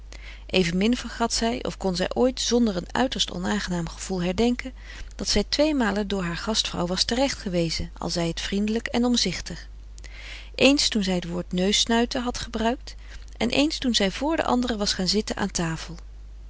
evenmin vergat zij of kon zij ooit zonder een uiterst onaangenaam gevoel herdenken dat zij tweemalen door haar gastvrouw was terecht gewezen al zij het vriendelijk en omzichtig eens toen zij het woord neussnuiten had gebruikt en eens toen zij vr de anderen was gaan zitten aan tafel